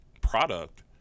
product